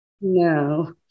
No